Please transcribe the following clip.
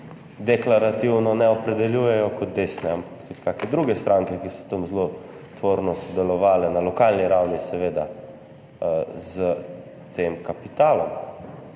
ne opredeljujejo kot desne, tudi kakšne druge stranke, ki so tam zelo tvorno sodelovale na lokalni ravni, seveda, s tem kapitalom.